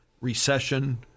recession